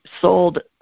sold